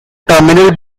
terminal